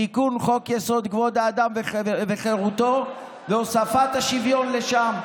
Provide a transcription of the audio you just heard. תיקון חוק-יסוד: כבוד האדם וחירותו והוספת השוויון לשם,